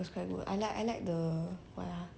was quite good I like I like the what ah